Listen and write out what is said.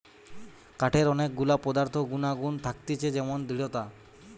কাঠের অনেক গুলা পদার্থ গুনাগুন থাকতিছে যেমন দৃঢ়তা